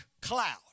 cloud